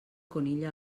conill